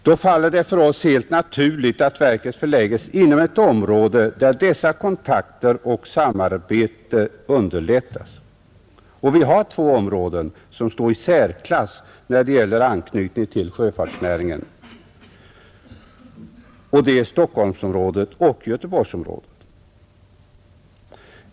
Då faller det sig för oss också helt naturligt att verket förlägges inom ett område, där dessa kontakter och ett samarbete underlättas. Och vi har två områden som står i särklass när det gäller anknytning till sjöfartsnäringen, och det är Stockholmsoch Göteborgsområdena.